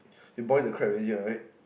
you boil the crab already right